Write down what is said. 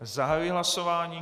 Zahajuji hlasování.